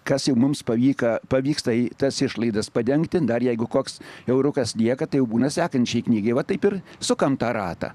kas jau mums pavyka pavyksta tas išlaidas padengti dar jeigu koks eurukas lieka tai jau būna sekančiai knygai va taip ir sukam tą ratą